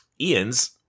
Ian's